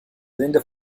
linda